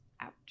out